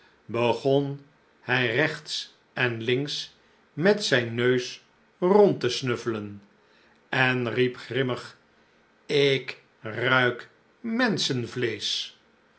begon hij regts en links met zijn neus rond te snuffelen en riep grimmig ik ruik